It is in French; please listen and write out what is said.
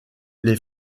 les